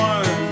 One